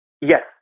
Yes